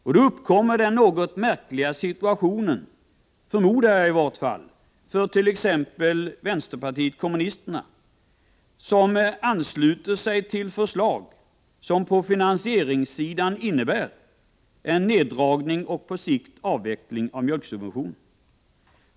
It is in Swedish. Och då uppkommer en något märklig situation — i varje fall förmodar jag det — för t.ex. vänsterpartiet kommunisterna, som ansluter sig till förslag som på finansieringssidan innebär en neddragning och på sikt avveckling av mjölksubventionerna.